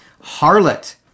harlot